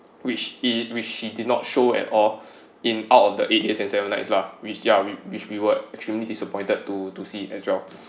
which he which he did not show at all in out of the eight days and seven nights lah which ya which which we were extremely disappointed to to see as well